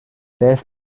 beth